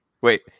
wait